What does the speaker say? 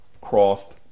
crossed